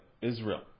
Israel